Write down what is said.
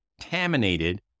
contaminated